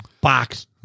box